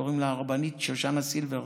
קוראים לה הרבנית שושנה סילברט.